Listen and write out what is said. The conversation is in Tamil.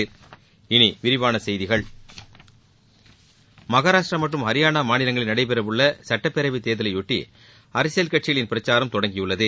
இனி விரிவான செய்திகள் மகாராஷ்டிரா மற்றும் ஹரியானா மாநிலங்களில் நடைபெறவுள்ள சட்டப்பேரவை தேர்தலையொட்டி அரசியல் கட்சிகளின் பிரச்சாரம் தொடங்கியுள்ளது